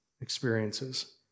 experiences